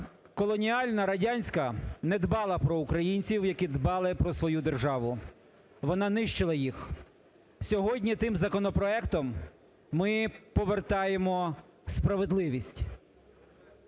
колоніальна радянська не дбала про українців, які дбали про свою державу, вона нищила їх. Сьогодні тим законопроектом ми повертаємо справедливість.